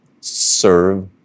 Serve